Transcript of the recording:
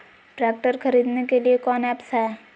Tractor खरीदने के लिए कौन ऐप्स हाय?